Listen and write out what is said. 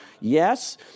Yes